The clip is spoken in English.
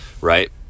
right